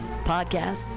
Podcasts